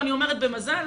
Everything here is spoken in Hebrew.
ואני אומרת במזל,